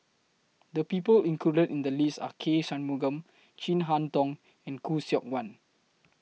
The People included in The list Are K Shanmugam Chin Harn Tong and Khoo Seok Wan